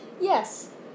Yes